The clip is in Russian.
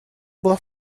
было